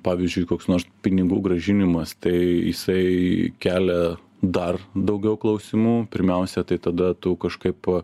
pavyzdžiui koks nors pinigų grąžinimas tai jisai kelia dar daugiau klausimų pirmiausia tai tada tu kažkaip